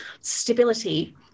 stability